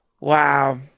wow